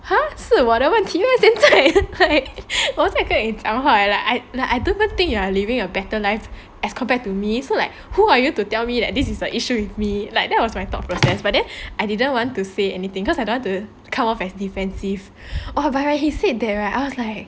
!huh! 是我的问题 meh 现在 like 我现在跟你讲话 eh I don't even think you are living a better life as compared to me so like who are you to tell me that this the issue with me like that was my thought process but then I didn't want to say anything cause I don't want to come off as defensive !wah! but when he said that I was like